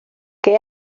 qué